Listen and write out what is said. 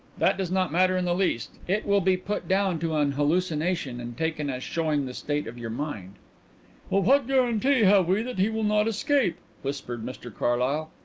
that does not matter in the least. it will be put down to an hallucination and taken as showing the state of your mind. but what guarantee have we that he will not escape? whispered mr carlyle.